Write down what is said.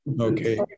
Okay